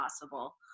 possible